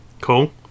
Cool